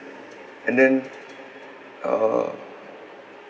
and then uh